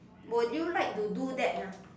would you like to do that ah